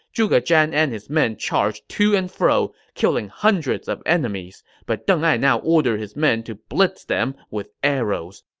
zhuge zhan and his men charged to and fro, killing hundreds of enemies. but deng ai now ordered his men to blitz them with arrows.